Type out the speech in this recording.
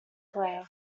player